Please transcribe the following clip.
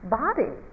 body